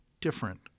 different